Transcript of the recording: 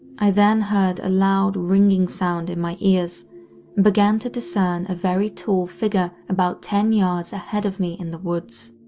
i then heard a loud ringing sound in my ears and began to discern a very tall figure about ten yards ahead of me in the woods.